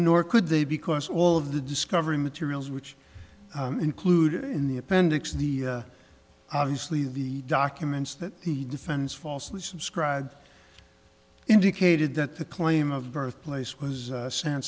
nor could they because all of the discovery materials which included in the appendix the obviously the documents that the defense falsely subscribed indicated that the claim of birthplace was